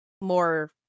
more